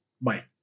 Bye